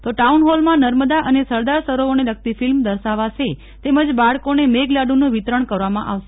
તો ટાઉનહોલમાં નર્મદા અને સરદાર સરોવરને લગતી ફિલ્મ દર્શાવાશે બાળકોને મેઘલાડુનું વિતરણ કરવામાં આવશે